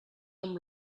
amb